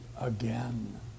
again